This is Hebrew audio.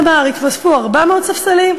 אחד אמר: אתוספו 400 ספסלי,